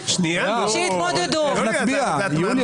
לאחר המילים "תחילתו של חוק-יסוד זה ביום" יבוא "שינוהל